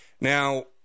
Now